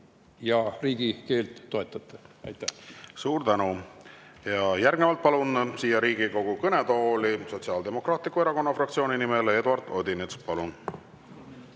ja riigikeelt toetate. Aitäh! Suur tänu! Järgnevalt palun siia Riigikogu kõnetooli Sotsiaaldemokraatliku Erakonna fraktsiooni nimel Eduard Odinetsi. Palun!